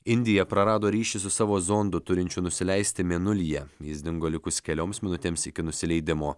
indija prarado ryšį su savo zondu turinčiu nusileisti mėnulyje jis dingo likus kelioms minutėms iki nusileidimo